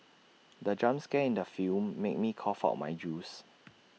the jump scare in the film made me cough out my juice